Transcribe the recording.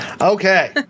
Okay